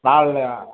நால்ரை